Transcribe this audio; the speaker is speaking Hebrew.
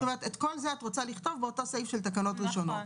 את כל זה את רוצה לכתוב באותו סעיף של תקנות ראשונות.